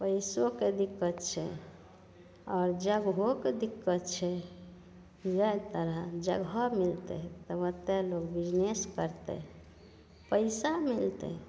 पइसोके दिक्कत छै आओर जगहोके दिक्कत छै वएह तरहेँ जगह मिलतै तऽ ओतए लोक बिजनेस करतै पइसा भी अएतै